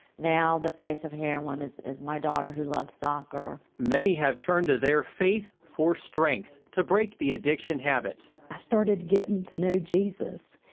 now the face of heroin is is my daughter, who loves soccer. reporter many have turned to their faith for strength to break the addiction habit. i started getting to know jesus,